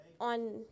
on